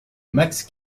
max